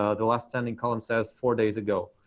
ah the last sending column says four days ago,